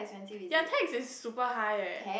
ya tax is super high leh